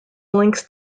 links